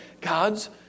God's